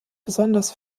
besonders